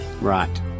Right